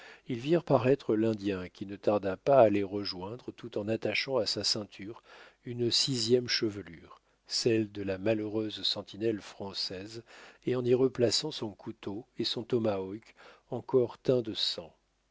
ils virent paraître l'indien qui ne tarda pas à les rejoindre tout en attachant à sa ceinture une sixième chevelure celle de la malheureuse sentinelle française et en y replaçant son couteau et son tomahawk encore teints de sang